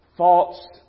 Thoughts